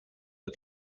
but